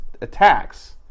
Attacks